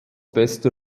bester